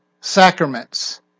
Sacraments